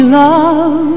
love